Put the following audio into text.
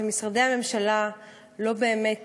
שמשרדי הממשלה לא באמת